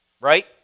right